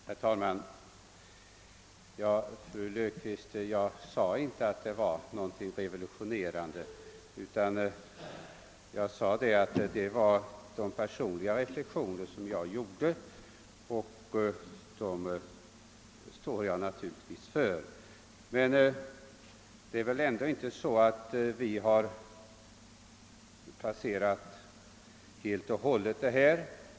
Herr talman! Jag sade inte, fru Löfqvist, att detta var något revolutionerande, utan jag sade att det' var personliga reflexioner som jag gjorde under USA-resan, och dessa står jag naturligtvis för. Men det är väl ändå inte så, att vi passerat allt detta som fru Löfqvist säger.